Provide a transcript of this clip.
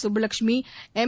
Kappulakshmi M